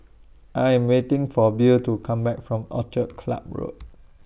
I Am waiting For Bill to Come Back from Orchid Club Road